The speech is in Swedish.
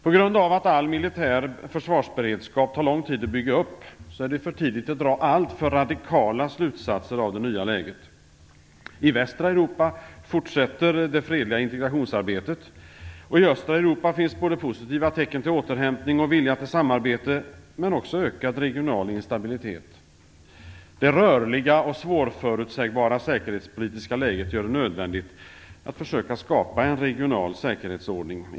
På grund av att all militär försvarsberedskap tar lång tid att bygga upp är det för tidigt att dra alltför radikala slutsatser av det nya läget. I västra Europa fortsätter det fredliga integrationsarbetet, och i östra Europa finns både positiva tecken på återhämtning och vilja till samarbete men också ökad regional instabilitet. Det rörliga och svårförutsägbara säkerhetspolitiska läget gör det nödvändigt att försöka skapa en regional säkerhetsordning.